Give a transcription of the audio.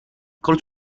col